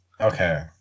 okay